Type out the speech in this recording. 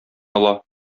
ала